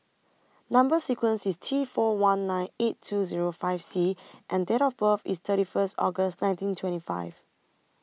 Number sequence IS T four one nine eight two Zero five C and Date of birth IS thirty First August nineteen twenty five